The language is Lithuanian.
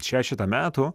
šešetą metų